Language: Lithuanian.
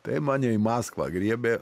tai mane į maskvą griebė